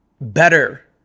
better